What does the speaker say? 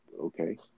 okay